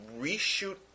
reshoot